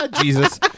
Jesus